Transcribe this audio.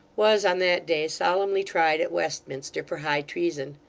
was on that day solemnly tried at westminster for high treason.